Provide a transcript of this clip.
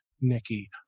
Nikki